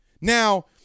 Now